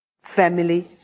family